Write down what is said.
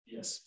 Yes